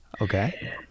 Okay